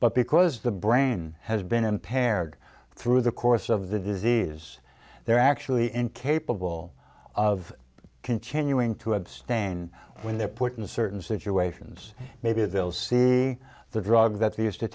but because the brain has been impaired through the course of the disease they're actually incapable of continuing to abstain when they're put in certain situations maybe they'll see the drug that they used to